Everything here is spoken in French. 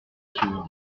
sûr